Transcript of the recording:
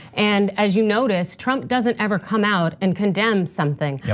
and as you notice, trump doesn't ever come out and condemn something. yeah